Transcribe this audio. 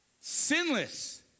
sinless